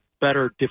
better